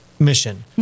mission